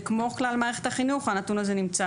וכמו בכלל מערכת החינוך הנתון הזה נמצא